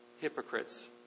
hypocrites